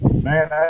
Man